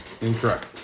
Incorrect